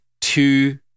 two